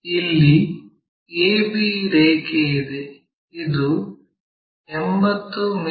ಇಲ್ಲಿ AB ರೇಖೆ ಇದೆ ಇದು 80 ಮಿ